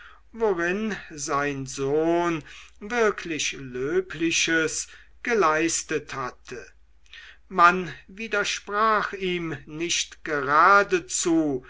worin sein sohn wirklich löbliches geleistet hatte man widersprach ihm nicht geradezu